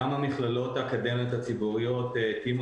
גם המכללות האקדמיות הציבוריות התאימו